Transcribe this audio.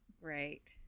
Right